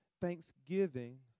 Thanksgiving